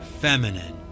feminine